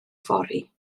fory